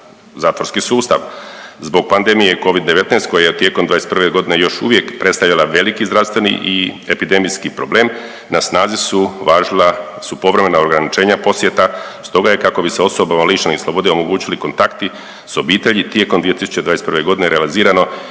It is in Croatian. zatvorski sustav. Zbog pandemije covid 19 koja je tijekom 2021. godine još uvijek predstavljala veliki zdravstveni i epidemijski problem na snazi su važila, su povremena ograničenja posjeta, stoga je kako bi se osobama lišenim slobode omogućili kontakti s obitelji tijekom 2021. godine realizirano